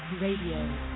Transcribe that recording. Radio